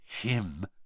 him